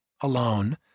alone